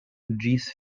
ĝis